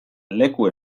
leku